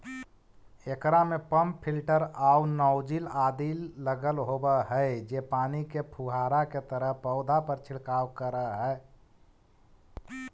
एकरा में pump filter आउ नॉजिल आदि लगल होवऽ हई जे पानी के फुहारा के तरह पौधा पर छिड़काव करऽ हइ